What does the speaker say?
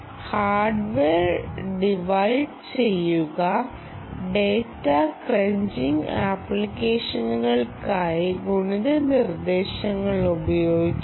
hardware divide ചെയ്യുക data crunching ആപ്ലിക്കേഷനുകൾക്കായി ഗുണിത നിർദ്ദേശങ്ങൾ ഉപയോഗിക്കുക